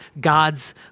God's